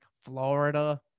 Florida